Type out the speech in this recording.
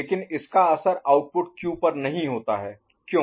लेकिन इसका असर आउटपुट Q पर नहीं होता है क्यों